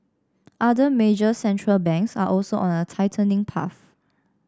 other major central banks are also on a tightening path